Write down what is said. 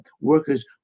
Workers